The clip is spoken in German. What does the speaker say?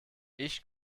ich